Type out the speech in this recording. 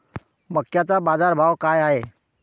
मक्याचा बाजारभाव काय हाय?